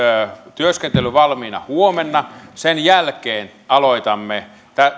työskentely valmiina huomenna sen jälkeen aloitamme